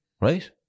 right